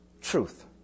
truth